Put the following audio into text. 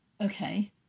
Okay